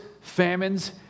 famines